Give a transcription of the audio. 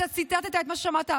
את שומעת מה שאת אומרת?